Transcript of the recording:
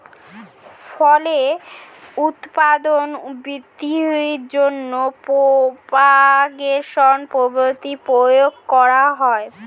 ফলের উৎপাদন বৃদ্ধির জন্য প্রপাগেশন পদ্ধতির প্রয়োগ করা হয়